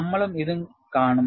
നമ്മളും ഇത് കാണും